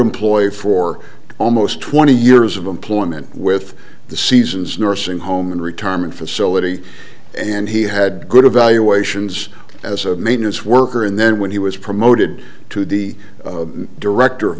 employee for almost twenty years of employment with the seasons nursing home and retirement facility and he had good evaluations as a maintenance worker and then when he was promoted to the director of